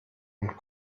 und